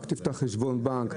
רק תפתח חשבון בנק,